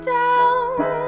down